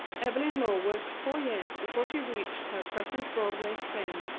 evelyn law worked four years before she reached her present broadway fame.